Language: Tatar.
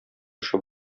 эше